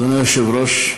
אדוני היושב-ראש,